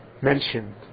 mentioned